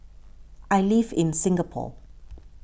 I live in Singapore